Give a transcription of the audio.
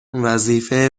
وظیفه